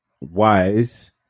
wise